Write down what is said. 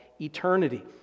eternity